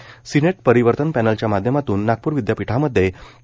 Senate senate परिवर्तन पॅनलच्या माध्यमातून नागपूर विद्यापीठामध्ये पी